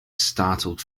startled